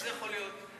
איך זה יכול להיות?